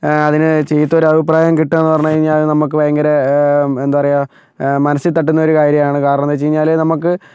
അതിന് ചീത്ത ഒരു അഭിപ്രായം കിട്ടുകയെന്ന് പറഞ്ഞ്കഴിഞ്ഞാൽ നമുക്ക് ഭയങ്കര എന്താ പറയുക മനസ്സിൽ തട്ടുന്ന ഒരു കാര്യമാണ് കാരണം എന്താ വെച്ചുകഴിഞ്ഞാൽ നമുക്ക്